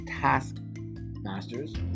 Taskmasters